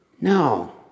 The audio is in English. No